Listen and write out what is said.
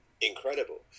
incredible